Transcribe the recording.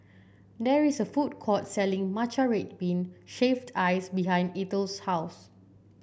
there is a food court selling Matcha Red Bean Shaved Ice behind Eithel's house